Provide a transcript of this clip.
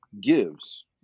gives